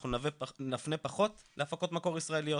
אנחנו נפנה פחות להפקות מקור ישראליות